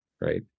Right